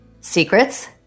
Secrets